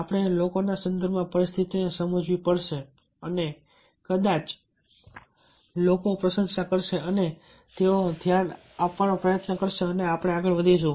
આપણે લોકોના સંદર્ભમાં પરિસ્થિતિને સમજવી પડશે અને આ બધી બાબતોને ધ્યાનમાં રાખીને જો આપણે આપણો દૃષ્ટિકોણ મૂકવાનો પ્રયત્ન કરીશું તો કદાચ લોકો પ્રશંસા કરશે અને તેઓ ધ્યાન આપવાનો પ્રયત્ન કરશે અને આપણે આગળ વધીશું